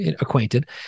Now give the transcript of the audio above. acquainted